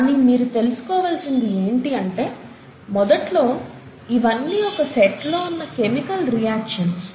కానీ మీరు తెలుసుకోవలసింది ఏంటి అంటే మొదట్లో ఇవన్నీ ఒక సెట్లో ఉన్న కెమికల్ రియాక్షన్స్